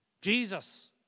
Jesus